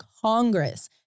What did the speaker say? Congress